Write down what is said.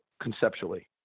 conceptually